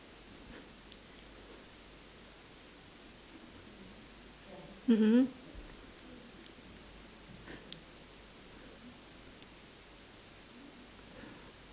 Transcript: mmhmm